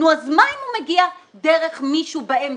נו, אז מה אם הוא מגיע דרך מישהו באמצע?